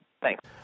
Thanks